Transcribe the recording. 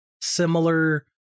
similar